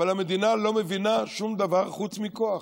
אבל המדינה לא מבינה שום דבר חוץ מכוח,